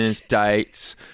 dates